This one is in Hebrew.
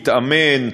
מתאמן,